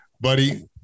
Buddy